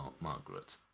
Margaret